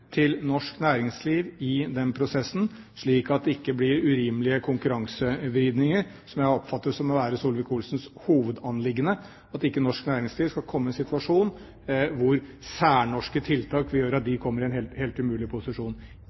til norsk næringsliv i den prosessen, slik at det ikke blir urimelige konkurransevridninger, som jeg oppfatter er Solvik-Olsens hovedanliggende, og at ikke norsk næringsliv skal komme i en situasjon hvor særnorske tiltak vil gjøre at de kommer i en helt umulig posisjon.